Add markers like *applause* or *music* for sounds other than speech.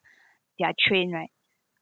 *breath* their train right